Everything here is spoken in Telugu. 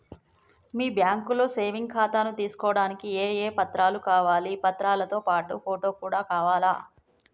మీ బ్యాంకులో సేవింగ్ ఖాతాను తీసుకోవడానికి ఏ ఏ పత్రాలు కావాలి పత్రాలతో పాటు ఫోటో కూడా కావాలా?